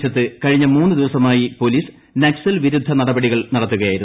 പ്രദേശത്ത് കഴിഞ്ഞ മൂന്നു ദിവസമായി പോല്പീസ് ്നക്സൽ വിരുദ്ധ നടപടി കൾ നടത്തുകയായിരുന്നു